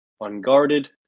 unguarded